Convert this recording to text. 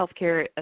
healthcare